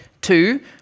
Two